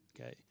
okay